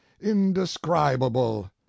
indescribable